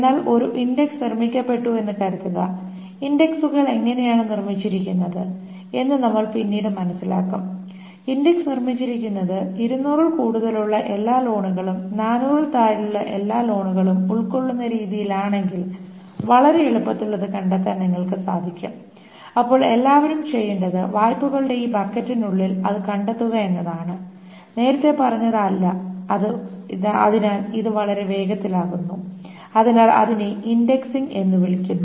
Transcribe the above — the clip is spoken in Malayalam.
എന്നാൽ ഒരു ഇൻഡക്സ് നിർമ്മിക്കപ്പെട്ടുവെന്ന് കരുതുക ഇൻഡെക്സുകൾ എങ്ങനെയാണ് നിർമ്മിച്ചിരിക്കുന്നത് എന്ന് നമ്മൾ പിന്നീട് മനസ്സിലാക്കും ഇൻഡെക്സ് നിർമ്മിച്ചിരിക്കുന്നത് 200 ൽ കൂടുതലുള്ള എല്ലാ ലോണുകളും 400 ൽ താഴെയുള്ള എല്ലാ ലോണുകളും ഉൾകൊള്ളുന്ന രീതിയിലാണെങ്കിൽ വളരെ എളുപ്പത്തിൽ അത് കണ്ടെത്താൻ നിങ്ങൾക്ക് സാധിക്കും അപ്പോൾ എല്ലാവരും ചെയ്യേണ്ടത് വായ്പകളുടെ ഈ ബക്കറ്റിനുള്ളിൽ അത് കണ്ടെത്തുക എന്നതാണ് നേരത്തെ പറഞ്ഞത് അല്ല അതിനാൽ ഇത് വളരെ വേഗത്തിലാക്കുന്നു അതിനാൽ അതിനെ ഇൻഡെക്സിംഗ് എന്ന് വിളിക്കുന്നു